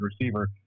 receiver